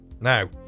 Now